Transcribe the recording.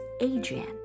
Adrian